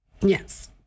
Yes